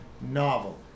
novel